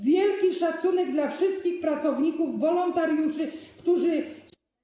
Wielki szacunek dla wszystkich pracowników, wolontariuszy, którzy.